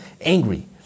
angry